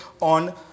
on